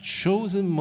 chosen